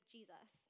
Jesus